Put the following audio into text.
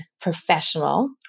professional